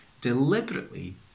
deliberately